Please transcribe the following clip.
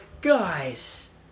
guys